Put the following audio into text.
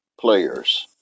players